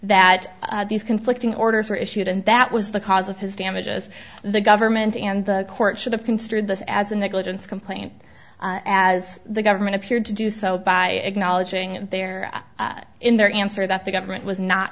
that these conflicting orders were issued and that was the cause of his damages the government and the court should have construed this as a negligence complaint as the government appeared to do so by acknowledging there in their answer that the government was not